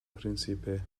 príncipe